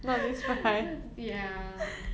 ya